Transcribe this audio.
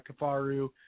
Kafaru